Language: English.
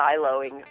siloing